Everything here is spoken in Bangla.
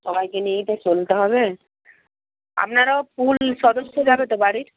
সবাইকে নিয়েই তো চলতে হবে আপনারও ফুল সদস্য যাবে তো বাড়ির